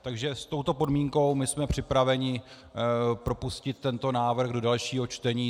Takže s touto podmínkou jsme připraveni propustit tento návrh do dalšího čtení.